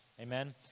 Amen